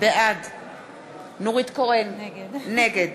בעד נורית קורן, נגד